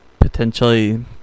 potentially